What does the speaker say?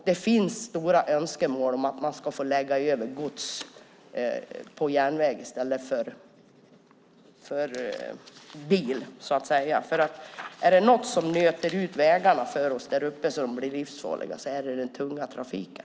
Det finns stora önskemål om att man ska föra över gods från bil till järnväg. Om det är något som nöter ut vägarna för oss där uppe så att de blir livsfarliga så är det den tunga trafiken.